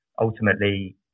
ultimately